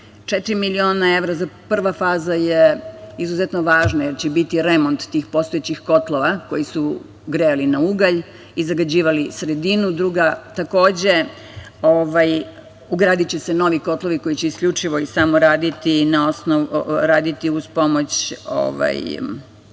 miliona evra. Prva faza je izuzetno važna, jer će biti remont tih postojećih kotlova koji su grejali na ugalj i zagađivali sredinu. Druga, takođe. Ugradiće se novi kotlovi koji će isključivo i samo raditi uz pomoć